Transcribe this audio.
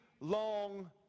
long